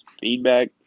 feedback